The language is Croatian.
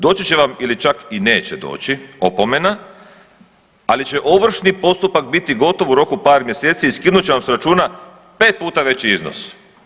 Doći će vam ili čak i neće doći opomena, ali će ovršni postupak biti gotov u roku par mjeseci i skinut će vam s mjeseci pet puta veći iznos.